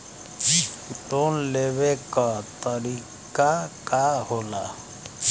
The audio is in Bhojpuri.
लोन लेवे क तरीकाका होला?